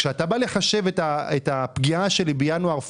כשאתה בא לחשב את הפגיעה שלי בינואר-פברואר